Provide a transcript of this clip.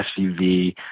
SUV